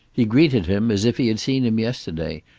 he greeted him as if he had seen him yesterday,